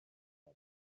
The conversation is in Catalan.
gat